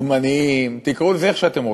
דוגמניים תקראו לזה איך שאתם רוצים,